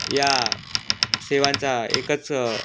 या सेवांचा एकच